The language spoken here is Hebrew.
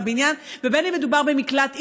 בבניין ובין שמדובר במקלט עירוני.